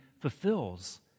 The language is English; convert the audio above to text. fulfills